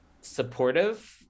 supportive